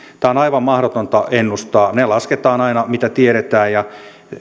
tätä on aivan mahdotonta ennustaa ne lasketaan aina mitä tiedetään ja